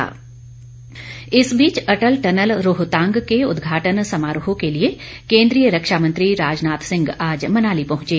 स्वागत इस बीच अटल टनल रोहतांग के उद्घाटन समारोह के लिए केन्द्रीय रक्षा मंत्री राजनाथ सिंह आज मनाली पहुंचे